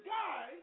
guy